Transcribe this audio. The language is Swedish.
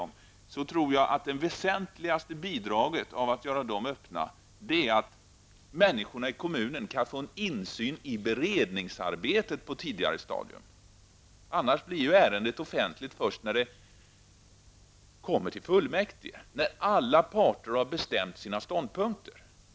Jag tror att den väsentligaste fördelen med att göra sådana sammanträden öppna är att människorna i kommunen får en insyn i beredningsarbetet på ett tidigare stadium. Annars blir ärendet offentligt först när det kommer till fullmäktige, då alla parter redan har intagit sina ståndpunkter.